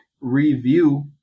review